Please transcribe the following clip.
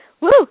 Woo